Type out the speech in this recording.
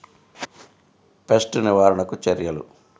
Pest నివారణకు చర్యలు?